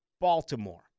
Baltimore